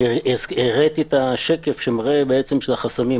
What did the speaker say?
הראיתי את השקף של החסמים.